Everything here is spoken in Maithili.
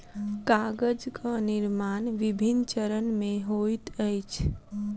कागजक निर्माण विभिन्न चरण मे होइत अछि